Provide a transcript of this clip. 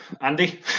andy